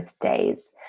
days